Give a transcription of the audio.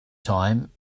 time